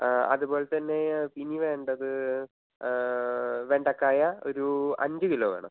അതുപോലെ തന്നെ ഇനി വേണ്ടത് വെണ്ടക്കായ ഒരു അഞ്ച് കിലോ വേണം